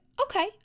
okay